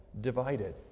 divided